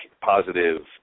positive